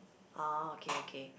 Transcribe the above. oh okay okay